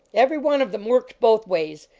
every one of them works both ways!